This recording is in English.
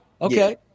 Okay